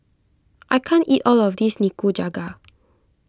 I can't eat all of this Nikujaga